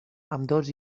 ambdós